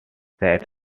said